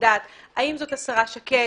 השרה שקד?